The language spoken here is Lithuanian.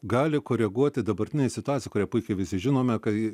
gali koreguoti dabartinė situacija kurią puikiai visi žinome kai